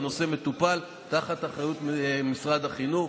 והנושא מטופל תחת אחריות משרד החינוך.